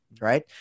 right